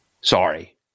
Sorry